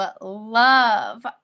love